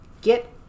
Get